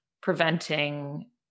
preventing